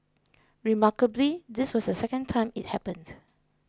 remarkably this was the second time it happened